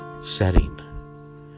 setting